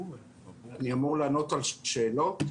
אני אמור לענות על שאלות?